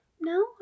No